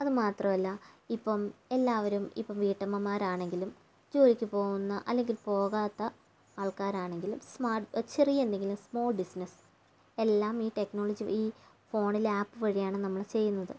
അത് മാത്രമല്ല ഇപ്പം എല്ലാവരും ഇപ്പം വീട്ടമ്മമാരാണെങ്കിലും ജോലിക്കു പോകുന്ന അല്ലെങ്കിൽ പോകാത്ത ആൾക്കാരാണെങ്കിലും സ്മാർട്ട് ചെറിയ എന്തെങ്കിലും സ്മാൾ ബിസിനസ് എല്ലാം ഈ ടെക്നോളജി ഈ ഫോണിൽ ആപ്പ് വഴിയാണ് നമ്മൾ ചെയ്യുന്നത്